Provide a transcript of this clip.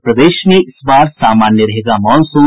और प्रदेश में इस बार सामान्य रहेगा मॉनसून